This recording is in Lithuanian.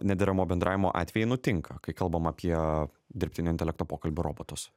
nederamo bendravimo atvejai nutinka kai kalbam apie dirbtinio intelekto pokalbių robotus